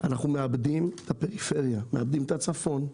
אנחנו מאבדים את הפריפריה, מאבדים את הצפון,